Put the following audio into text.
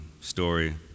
story